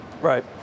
Right